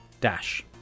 dash